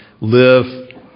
live